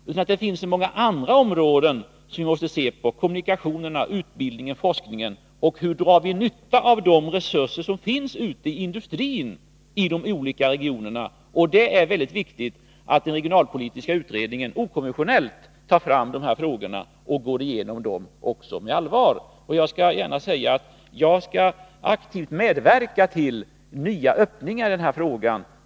Det finns så många andra områden att ta hänsyn till, exempelvis kommunikationerna, utbildningen och forskningen. Hur drar vi nytta av de resurser som finns ute i de olika regionernas industrier? Det är mycket viktigt att den regionalpolitiska utredningen på ett okonventionellt sätt på allvar går igenom dessa saker. Själv kommer jag att aktivt medverka till nya öppningar i frågan.